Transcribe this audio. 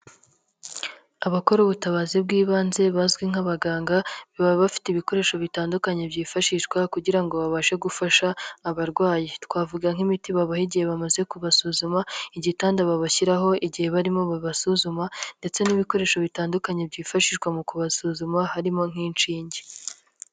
Abakora ubutabazi bw'ibanze bazwi nk'abaganga baba bafite ibikoresho bitandukanye byifashishwa kugira ngo babashe gufasha abarwayi. Twavuga nk'imiti baba igihe bamaze kubasuzuma, igitanda babashyiraho igihe barimo babasuzuma ndetse n'ibikoresho bitandukanye byifashishwa mu kubasuzuma harimo nk'inshinge.